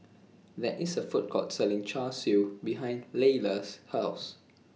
There IS A Food Court Selling Char Siu behind Leila's House